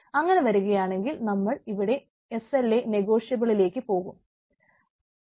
അങ്ങനെ വരുകയാണെങ്കിൽ നമ്മൾ ഇവിടെ എസ്സ് എൽ എ നെഗോഷ്യബിളിലേക്ക് പോകാം